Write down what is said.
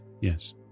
yes